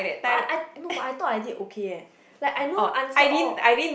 but I I thought I did okay leh like I know answer all